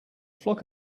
flock